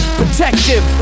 protective